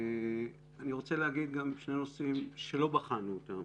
אני רוצה להגיד גם שני נושאים שלא בחנו אותם